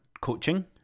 coaching